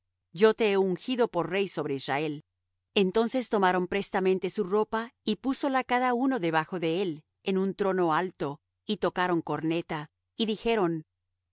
yo te he ungido por rey sobre israel entonces tomaron prestamente su ropa y púsola cada uno debajo de él en un trono alto y tocaron corneta y dijeron